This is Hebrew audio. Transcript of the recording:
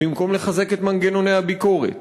במקום לחזק את מנגנוני הביקורת,